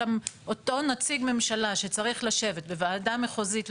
אותו נציג ממשלה שצריך לשבת בוועדה מחוזית,